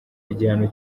igihano